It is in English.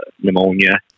pneumonia